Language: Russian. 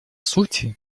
сути